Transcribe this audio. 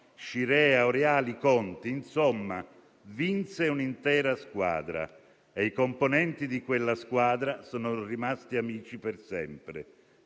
Scirea, Oriali, Conti. Insomma, vinse un'intera squadra e i componenti di quella squadra sono rimasti amici per sempre